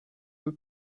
peu